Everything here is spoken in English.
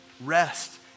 rest